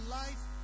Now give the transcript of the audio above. life